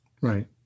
Right